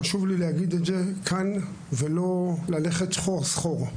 חשוב לי להגיד את זה כאן ולא ללכת סחור-סחור.